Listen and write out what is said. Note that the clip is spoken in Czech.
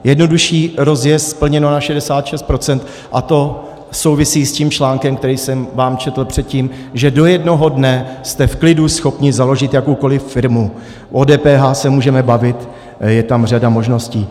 Jednodušší rozjezd splněno na 66 %, a to souvisí i s tím článkem, který jsem vám četl předtím, že do jednoho dne jste v klidu schopni založit jakoukoliv firmu, o DPH se můžeme bavit, je tam řada možností.